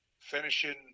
Finishing